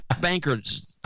bankers